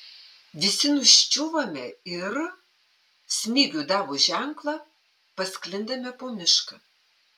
visi nuščiūvame ir smigiui davus ženklą pasklindame po mišką